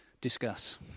discuss